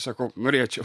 sakau norėčiau